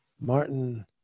Martin